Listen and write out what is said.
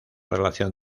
relación